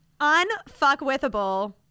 unfuckwithable